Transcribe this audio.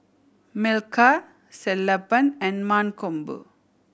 Milkha Sellapan and Mankombu